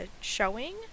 showing